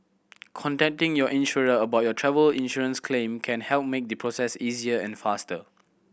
contacting your insurer about your travel insurance claim can help make the process easier and faster